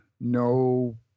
no